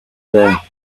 there